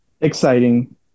Exciting